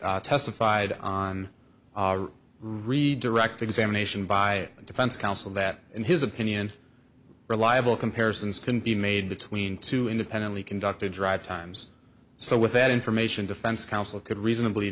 had testified on redirect examination by defense counsel that in his opinion reliable comparisons can be made between two independently conducted dry times so with that information defense counsel could reasonably